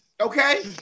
Okay